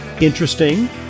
interesting